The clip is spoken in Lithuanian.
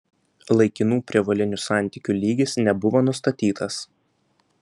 laikinų prievolinių santykių lygis nebuvo nustatytas